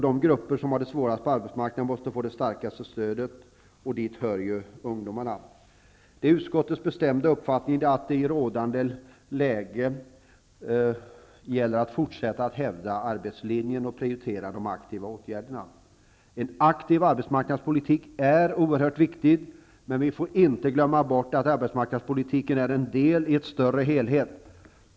De grupper som har det svårast på arbetsmarknaden måste få det starkaste stödet. Dit hör ungdomarna. Det är utskottets bestämda uppfattning att det i rådande läge gäller att fortsätta att hävda arbetslinjen och prioritera de aktiva åtgärderna. En aktiv arbetsmarknadspolitik är oerhört viktig. Men vi får inte glömma bort att arbetsmarknadspolitiken är en del i en större helhet.